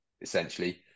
essentially